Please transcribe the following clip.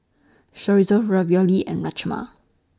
Chorizo Ravioli and Rajma